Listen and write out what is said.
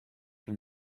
from